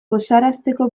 gozarazteko